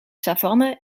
savanne